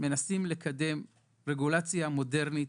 מנסים לקדם רגולציה מודרנית,